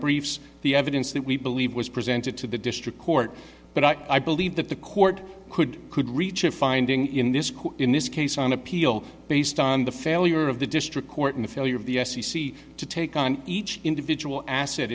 evidence that we believe was presented to the district court but i believe that the court could could reach a finding in this in this case on appeal based on the failure of the district court in the failure of the f c c to take on each individual asset